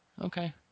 Okay